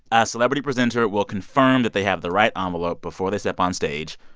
ah celebrity presenter will confirm that they have the right ah envelope before they step onstage.